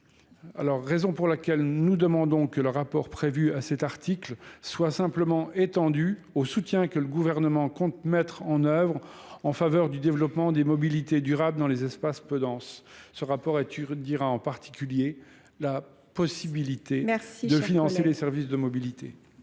la raison pour laquelle nous demandons que le rapport prévu à cet article soit simplement étendu au soutien que le Gouvernement compte mettre en œuvre en faveur du développement des mobilités durables dans les espaces peu denses. Ce rapport étudiera en particulier la possibilité de financer les services de mobilité.